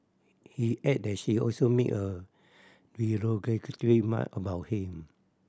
he added that she also made a derogatory remark about him